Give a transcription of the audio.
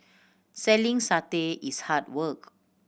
selling satay is hard work